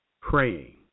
praying